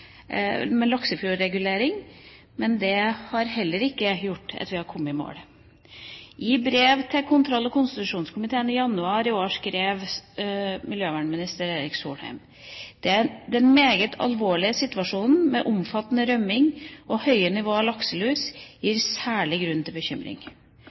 laksefjordregulering, men det har heller ikke gjort at vi har kommet i mål. I brev til kontroll- og konstitusjonskomiteen i januar i år skrev miljøvernminister Erik Solheim: «Den meget alvorlige situasjonen med omfattende rømminger og høye nivåer av lakselus